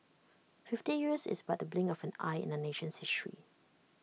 fifty years is but the blink of an eye in A nation's